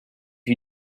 you